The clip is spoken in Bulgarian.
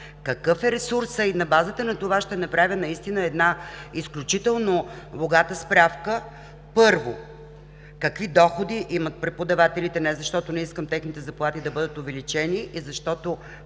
Какъв е ресурсът? На базата но това ще направя наистина една изключително богата справка. Първо, какви доходи имат преподавателите, не защото не искам техните заплати да бъдат увеличени и защото